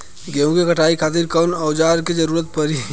गेहूं के कटाई खातिर कौन औजार के जरूरत परी?